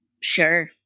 sure